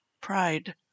pride